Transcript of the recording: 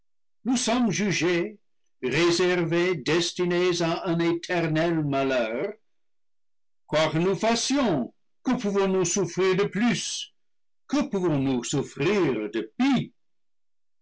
nous sommes jugés réservés destinés à un éternel malheur quoi que nous fassions que pouvons-nous souffrir de plus que pouvons-nous souffrir